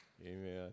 Amen